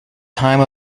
time